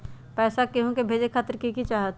पैसा के हु के भेजे खातीर की की चाहत?